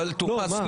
טור פז,